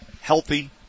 healthy